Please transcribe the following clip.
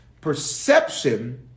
Perception